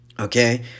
Okay